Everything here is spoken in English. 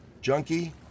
Junkie